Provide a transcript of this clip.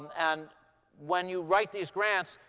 and when you write these grants,